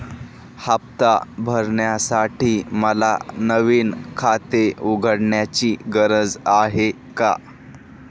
हफ्ता भरण्यासाठी मला नवीन खाते उघडण्याची गरज आहे का?